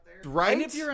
Right